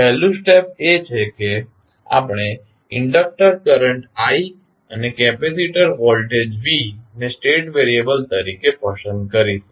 પહેલું સ્ટેપ એ છે કે આપણે ઇન્ડડક્ટર કરંટ i અને કેપેસિટર વોલ્ટેજ v ને સ્ટેટ વેરિયેબલ તરીકે પસંદ કરીશું